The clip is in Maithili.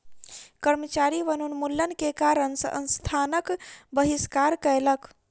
कर्मचारी वनोन्मूलन के कारण संस्थानक बहिष्कार कयलक